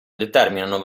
determinano